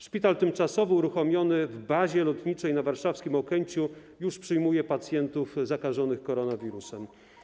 Szpital tymczasowy uruchomiony w bazie lotniczej na warszawskim Okęciu już przyjmuje pacjentów zakażonych koronawirusem.